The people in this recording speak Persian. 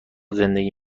زندگی